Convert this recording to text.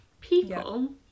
people